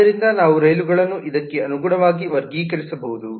ಆದ್ದರಿಂದ ನಾವು ರೈಲುಗಳನ್ನು ಇದಕ್ಕೆ ಅನುಗುಣವಾಗಿ ವರ್ಗೀಕರಿಸಬಹುದು